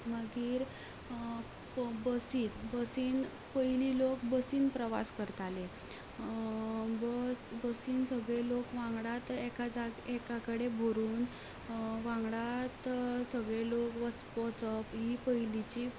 मागीर बसीन बसीन पयलीं लोक बसीन प्रवास करताले बस बसीन सगले लोक वांगडात एका जाग्यार एका कडेन बरून वांगडांत सगले लोक वचप ही पयलीची